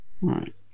right